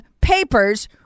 papers